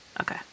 Okay